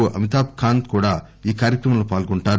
ఓ అమితాట్ కాంత్ కూడా ఈ కార్యక్రమంలో పాల్గొంటారు